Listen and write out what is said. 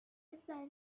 decided